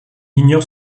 ignore